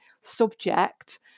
subject